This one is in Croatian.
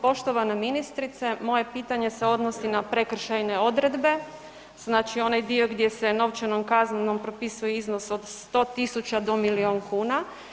Poštovana ministrice, moje pitanje se odnosi na prekršajne odredbe, znači onaj dio gdje se novčanom kaznom propisuje iznos od 100.000 do milion kuna.